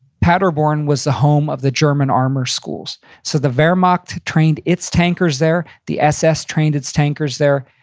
paderborn was the home of the german armor schools. so the wehrmacht trained its tankers there. the ss trained its tankers there.